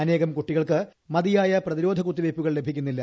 അനേകം ക്ക്ട്ടികൾ മതിയായ പ്രതിരോധ കുത്തിവയ്പ്പു കൾ ലഭിക്കുന്നില്ല